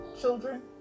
children